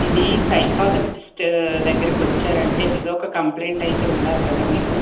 ఇది సైకాలజిస్ట్ దగ్గరికి వచ్చారంటే ఎదో ఒక కంప్లైంట్ అయితే ఉండాలికదా మీకు